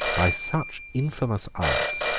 by such infamous arts,